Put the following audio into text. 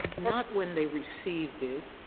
not when they received it,